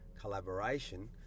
collaboration